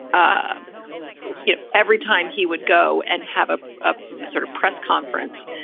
ah you know every time he would go and have a ah sort of press conference,